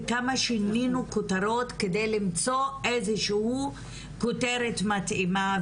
וכמה שינינו כותרות כדי למצוא איזושהי כותרת מתאימה.